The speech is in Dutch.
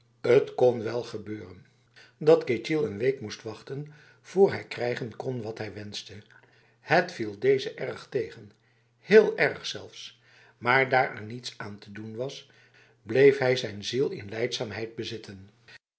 t kon wel gebeuren dat ketjil een week moest wachten vr hij krijgen kon wat hij wenste het viel deze erg tegen heel erg zelfs maar daar er niets aan te doen was bleef hij zijn ziel in lijdzaamheid bezitten